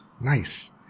nice